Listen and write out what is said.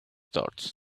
thoughts